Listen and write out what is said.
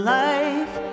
life